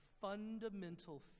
fundamental